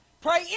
pray